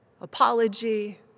apology